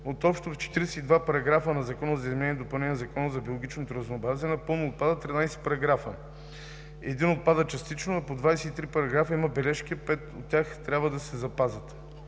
от общо 42 параграфа на Закона за изменение и допълнение на Закона за биологичното разнообразие напълно отпадат 13 параграфа, един отпада частично, а по 23 параграфа няма бележки, пет от тях трябва да се запазят.